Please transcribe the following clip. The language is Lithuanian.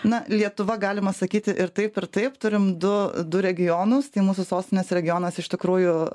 na lietuva galima sakyti ir taip ir taip turim du du regionus tai mūsų sostinės regionas iš tikrųjų